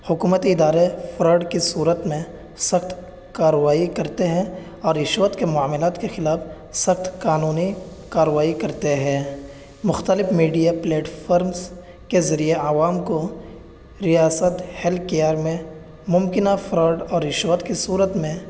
حکومتی ادارے فراڈ کی صورت میں سخت کارروائی کرتے ہیں اور رشوت کے معاملات کے خلاف سخت قانونی کارروائی کرتے ہیں مختلف میڈیا پلیٹفارمس کے ذریعے عوام کو ریاست ہیلتھ کیئر میں ممکنہ فراڈ اور رشوت کی صورت میں